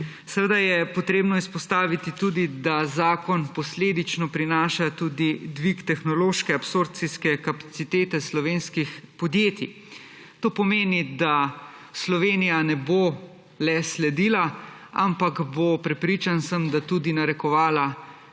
Seveda je potrebno izpostaviti tudi, da zakon posledično prinaša tudi dvig tehnološke absorpcijske kapacitete slovenskih podjetij. To pomeni, da Slovenija ne bo le sledila, ampak bo – prepričan sem – tudi narekovala